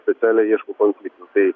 specialiai ieško konfliktų tai